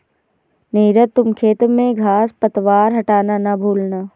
नीरज तुम खेत में घांस पतवार हटाना ना भूलना